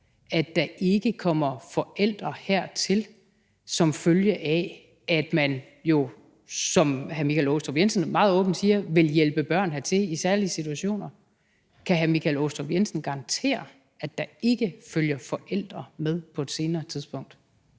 at der ikke kommer forældre hertil som følge af, at man, som hr. Michael Aastrup Jensen meget åbent siger, vil hjælpe børn hertil i særlige situationer. Kan hr. Michael Aastrup garantere, at der ikke følger forældre med på et senere tidspunkt?